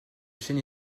chêne